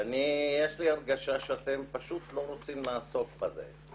ויש לי הרגשה שאתם פשוט לא רוצים לעסוק בזה.